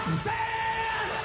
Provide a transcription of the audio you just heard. stand